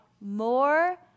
more